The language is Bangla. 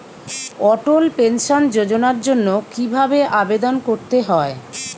অটল পেনশন যোজনার জন্য কি ভাবে আবেদন করতে হয়?